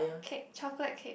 cake chocolate cake